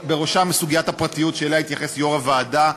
שאנחנו נמצאים בוועדה,